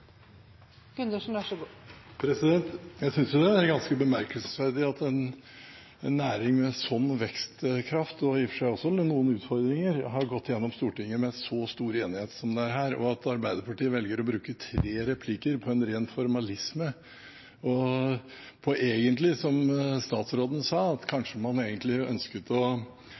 ganske bemerkelsesverdig at en næring med sånn vekstkraft – og i og for seg også med noen utfordringer – har gått gjennom Stortinget med så stor enighet som dette, og at Arbeiderpartiet velger å bruke tre replikker på en ren formalisme og kanskje egentlig, som statsråden sa, ønsket å være avsender på disse tingene selv. Til Pollestad, som sa at